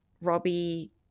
Robbie